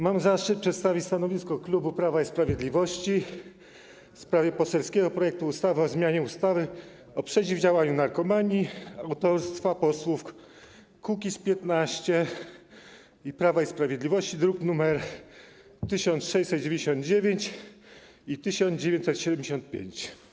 Mam zaszczyt przedstawić stanowisko klubu Prawo i Sprawiedliwość w sprawie poselskiego projektu ustawy o zmianie ustawy o przeciwdziałaniu narkomani autorstwa posłów Kukiz’15 i Prawa i Sprawiedliwości, druki nr 1699 i 1975.